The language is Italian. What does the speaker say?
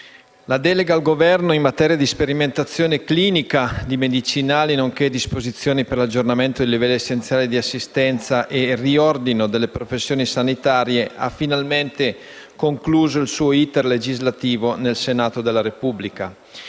la delega al Governo in materia di sperimentazione clinica di medicinali, nonché disposizioni per l'aggiornamento dei livelli essenziali di assistenza e riordino delle professioni sanitarie ha finalmente concluso il suo *iter* legislativo nel Senato della Repubblica.